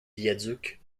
viaduc